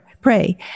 pray